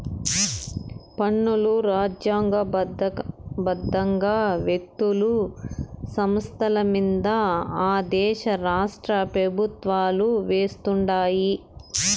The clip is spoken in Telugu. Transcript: పన్నులు రాజ్యాంగ బద్దంగా వ్యక్తులు, సంస్థలమింద ఆ దేశ రాష్ట్రపెవుత్వాలు వేస్తుండాయి